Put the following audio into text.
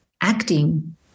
acting